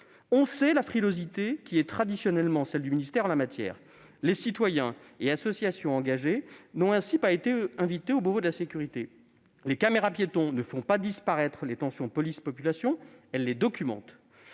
On sait la frilosité traditionnelle du ministère en la matière : les citoyens et associations engagés n'ont ainsi pas été invités au Beauvau de la sécurité. Les caméras-piétons ne font pas disparaître les tensions entre la police et la population ; elles les documentent.